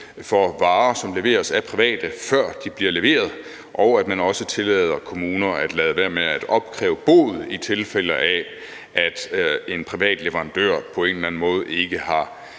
for varer, som leveres af private, før de bliver leveret, og at man også tillader kommuner at lade være med at opkræve bod, i tilfælde af at en privat leverandør på en eller anden måde ikke har